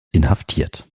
inhaftiert